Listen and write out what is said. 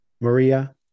Maria